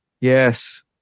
Yes